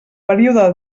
període